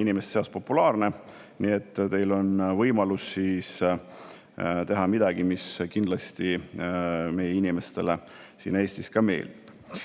inimeste seas populaarne. Nii et teil on võimalus teha midagi, mis kindlasti meie inimestele siin Eestis ka meeldib.